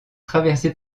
traversée